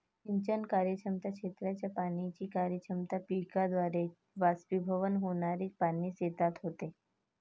सिंचन कार्यक्षमता, क्षेत्राची पाण्याची कार्यक्षमता, पिकाद्वारे बाष्पीभवन होणारे पाणी शेतात होते